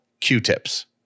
Q-tips